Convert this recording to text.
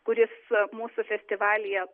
kuris mūsų festivalyje